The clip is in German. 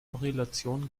korrelation